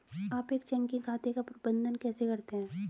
आप एक चेकिंग खाते का प्रबंधन कैसे करते हैं?